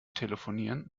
telefonieren